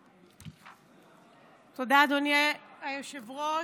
תודה, אדוני היושב-ראש.